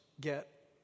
get